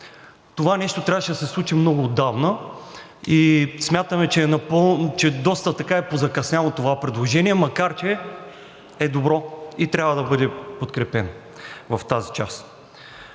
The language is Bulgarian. Това нещо трябваше да се случи много отдавна и смятаме, че е доста позакъсняло това предложение, макар че е добро и трябва да бъде подкрепено в тази част.